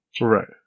Right